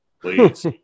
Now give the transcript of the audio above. Please